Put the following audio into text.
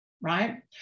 right